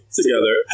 together